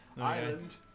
Island